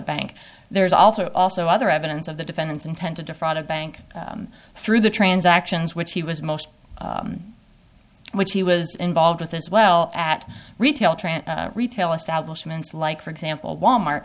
bank there's also also other evidence of the defendant's intent to defraud a bank through the transactions which he was most which he was involved with as well at retail trant retail establishments like for example wal mart